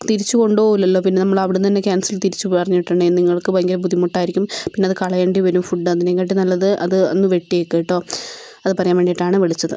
തിരിച്ച് കൊണ്ട് പോവില്ലല്ലോ പിന്നെ നമ്മൾ അവിടെ നിന്നുതന്നെ ക്യാൻസൽ തിരിച്ച് പറഞ്ഞിട്ടുണ്ടെങ്കിൽ നിങ്ങൾക്ക് ഭയങ്കര ബുദ്ധിമുട്ടായിരിക്കും പിന്നെ അത് കളയേണ്ടി വരും ഫുഡ് അതിനേങ്കാട്ടി നല്ലത് അത് അങ്ങ് വെട്ടിയേക്ക് കേട്ടോ അത് പറയാൻ വേണ്ടിയിട്ടാണ് വിളിച്ചത്